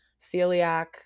celiac